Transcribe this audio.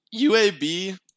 UAB